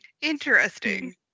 Interesting